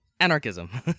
anarchism